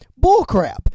Bullcrap